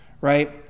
right